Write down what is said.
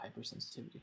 hypersensitivity